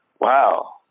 wow